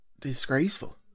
disgraceful